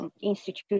institute